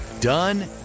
Done